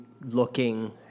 looking